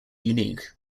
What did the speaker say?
unique